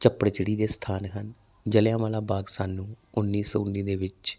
ਚੱਪੜ ਚਿੜੀ ਦੇ ਸਥਾਨ ਹਨ ਜਲਿਆਂਵਾਲਾ ਬਾਗ ਸਾਨੂੰ ਉੱਨੀ ਸੋ ਉੱਨੀ ਦੇ ਵਿੱਚ